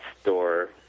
store